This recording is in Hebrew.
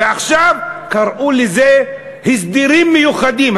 ועכשיו קראו לזה הסדרים מיוחדים.